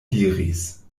diris